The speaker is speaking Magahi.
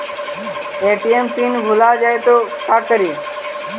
ए.टी.एम पिन भुला जाए तो का करी?